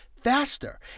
faster